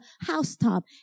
housetop